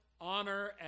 honor